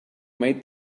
made